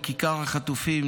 בכיכר החטופים,